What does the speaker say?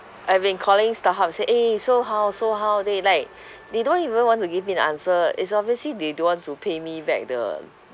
I've been calling starhub say eh so how so how they like they don't even want to give me the answer it's obviously they don't want to pay me back the